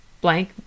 blank